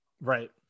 Right